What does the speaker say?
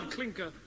Clinker